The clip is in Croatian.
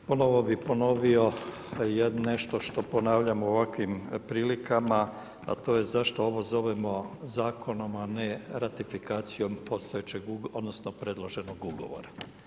Ponovno bi ponovio nešto što ponavljam u ovakvim prilikama a to je zašto ovo zovemo zakonom a ne ratifikacijom postojećeg odnosno predloženog ugovora.